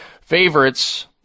favorites